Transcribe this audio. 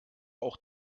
auch